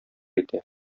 итә